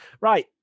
Right